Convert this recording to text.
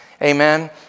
Amen